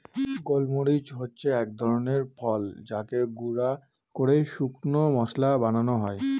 গোল মরিচ হচ্ছে এক ধরনের ফল যাকে গুঁড়া করে শুকনো মশলা বানানো হয়